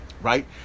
right